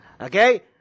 Okay